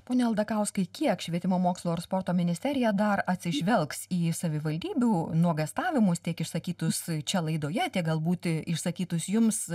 pone aldakauskai kiek švietimo mokslo ir sporto ministerija dar atsižvelgs į savivaldybių nuogąstavimus tiek išsakytus čia laidoje tiek gal būt išsakytus jums